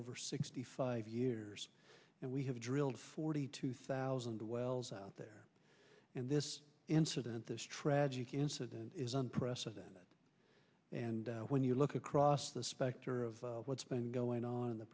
over sixty five years and we have drilled forty two thousand wells out there and this incident this tragic incident is unprecedented and when you look across the specter of what's been going on